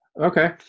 Okay